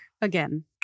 again